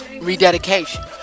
Rededication